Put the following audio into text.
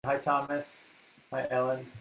hi thomas, hi ellen.